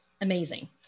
amazing